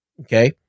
okay